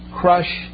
crush